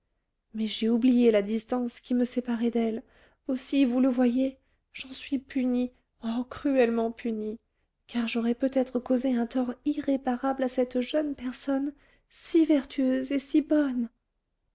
mais j'ai oublié la distance qui me séparait d'elle aussi vous le voyez j'en suis punie oh cruellement punie car j'aurai peut-être causé un tort irréparable à cette jeune personne si vertueuse et si bonne